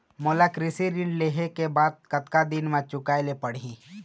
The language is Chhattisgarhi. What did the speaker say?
मोला कृषि ऋण लेहे के बाद कतका दिन मा चुकाए ले पड़ही?